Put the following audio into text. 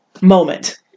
moment